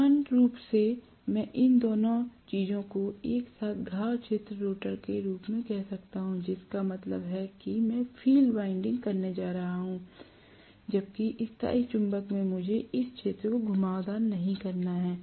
सामान्य तौर पर मैं इन दोनों चीजों को एक साथ घाव क्षेत्र रोटर के रूप में कह सकता हूं जिसका मतलब है कि मैं फील्ड वाइंडिंग करने जा रहा हूं जबकि स्थायी चुंबक में मुझे इस क्षेत्र को घुमावदार नहीं करना है